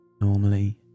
normally